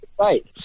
right